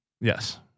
Yes